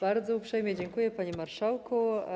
Bardzo uprzejmie dziękuję, panie marszałku.